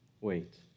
Wait